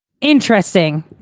Interesting